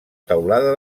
teulada